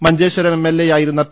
മഞ്ചേശ്വരം എംഎൽഎയായിരുന്ന പി